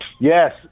Yes